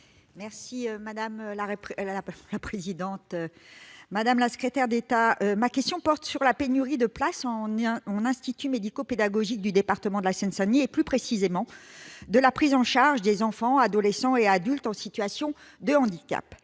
personnes handicapées. Madame la secrétaire d'État, ma question porte sur la pénurie de places en instituts médico-pédagogiques dans le département de la Seine-Saint-Denis et, plus précisément, sur la prise en charge des enfants, adolescents et adultes en situation de handicap.